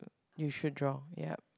you should draw yup